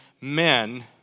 men